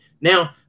Now